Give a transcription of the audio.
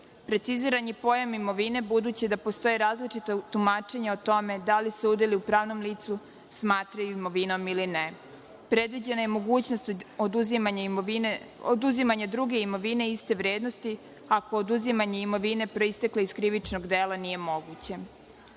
trgovina. Preciziran je pojam imovine, budući da postoje različita tumačenja o tome da li se udeli u pravnom licu smatraju imovinom ili ne. Predviđena je mogućnost oduzimanja druge imovine iste vrednosti, ako oduzimanje imovine proistekle iz krivičnog dela nije moguće. Drugo,